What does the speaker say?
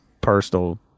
personal